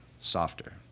softer